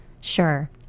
sure